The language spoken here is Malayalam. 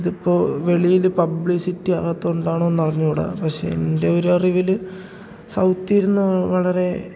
ഇതിപ്പോൾ വെളിയിൽ പബ്ലിസിറ്റി ആകാത്തതുകൊണ്ടാണോ എന്നറിഞ്ഞുകൂട പക്ഷേ എൻ്റെ ഒരറിവിൽ സൗത്തിൽ ഇരുന്ന് വളരെ